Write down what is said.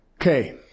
Okay